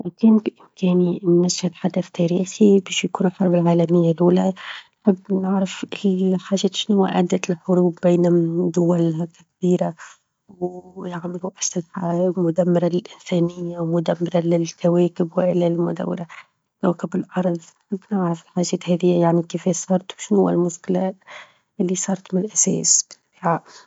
لو كان بإمكاني إني أشهد حدث تاريخي باش يكون الحرب العالمية الأولى، نحب نعرف الحاجات شنوا أدت لحروب بين دول هيك كبيرة، ويعملوا أسلحة مدمرة للإنسانية، ومدمرة للكواكب، والا -مدو- مدمرة لكوكب الأرظ، نحب نعرف الحاجات هذي يعنى كيفاش صارت، وشنوا المشكلة اللى صارت من الأساس بالطبيعة.